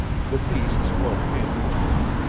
the beasts were panting a little,